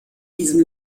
diesem